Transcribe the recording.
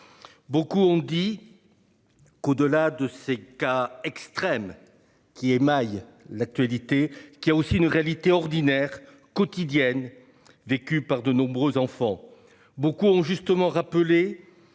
Beaucoup ont dit. Qu'au-delà de ces cas extrêmes qui émaillent l'actualité qui a aussi une réalité ordinaire quotidienne vécue par de nombreux enfants. Beaucoup ont justement rappelé